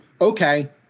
okay